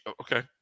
okay